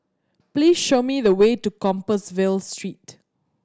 please show me the way to Compassvale Street